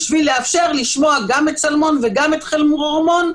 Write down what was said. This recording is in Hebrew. בשביל לאפשר לשמוע גם את צלמון וגם את חרמון,